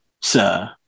sir